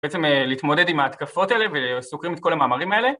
בעצם להתמודד עם ההתקפות האלה וסוקרים את כל המאמרים האלה